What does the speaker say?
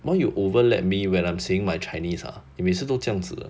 why you overlap me when I'm saying my chinese ah 你每次都这样子的